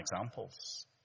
examples